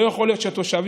לא יכול להיות שהתושבים,